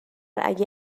اگه